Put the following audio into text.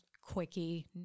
quickie